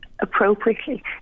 Appropriately